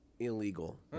Illegal